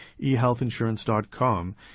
eHealthInsurance.com